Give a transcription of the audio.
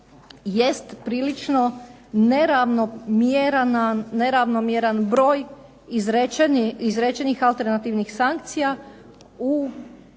jest prilično neravnomjeran broj izrečenih alternativnih sankcija u